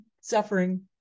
suffering